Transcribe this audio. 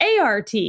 ART